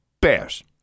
Bears